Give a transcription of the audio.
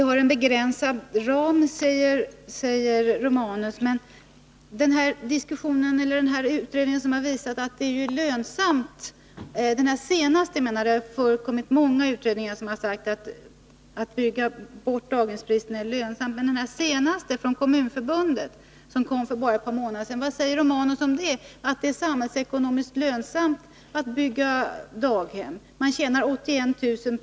Herr talman! Gabriel Romanus säger att vi har en begränsad ram. Många utredningar har framhållit att det är lönsamt att bygga bort daghemsbristen, och det säger ju också den senaste utredningen, Kommunförbundets, som kom för bara ett par månader sedan. Vad säger Gabriel Romanus om det? Man tjänar 81 000 kr.